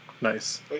Nice